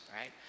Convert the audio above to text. right